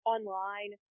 Online